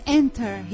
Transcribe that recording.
enter